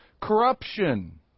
corruption